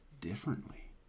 differently